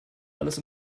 alles